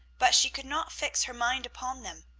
but she could not fix her mind upon them.